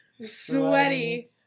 sweaty